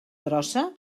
grossa